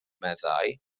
meddai